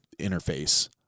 interface